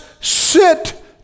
sit